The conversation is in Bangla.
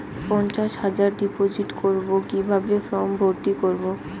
পঞ্চাশ হাজার ডিপোজিট করবো কিভাবে ফর্ম ভর্তি করবো?